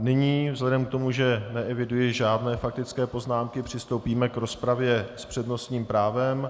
Nyní vzhledem k tomu, že neeviduji žádné faktické poznámky, přistoupíme k rozpravě s přednostním právem.